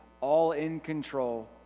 all-in-control